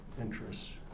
interests